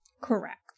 Correct